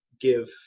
give